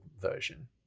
version